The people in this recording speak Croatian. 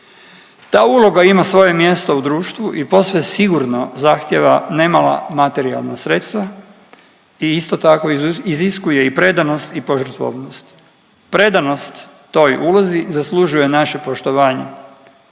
Ta uloga ima svoje mjesto u društvu i posve sigurno zahtijeva nemala materijalna sredstva i isto tako, iziskuje i predanost i požrtvovnost. Predanost toj ulozi zaslužuje naše poštovanje,